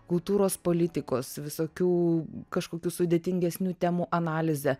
kultūros politikos visokių kažkokių sudėtingesnių temų analizė